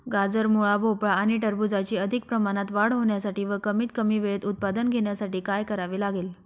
गाजर, मुळा, भोपळा आणि टरबूजाची अधिक प्रमाणात वाढ होण्यासाठी व कमीत कमी वेळेत उत्पादन घेण्यासाठी काय करावे लागेल?